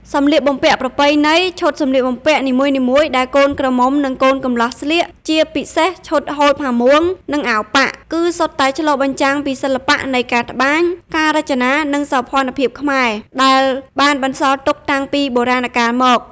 សម្លៀកបំពាក់ប្រពៃណី ឈុតសម្លៀកបំពាក់នីមួយៗដែលកូនក្រមុំនិងកូនកំលោះស្លៀក ជាពិសេសឈុត ហូលផាមួង និង អាវប៉ាក់ គឺសុទ្ធតែឆ្លុះបញ្ចាំងពីសិល្បៈនៃការត្បាញ ការរចនា និងសោភ័ណភាពខ្មែរ ដែលបានបន្សល់ទុកតាំងពីបុរាណកាលមក ។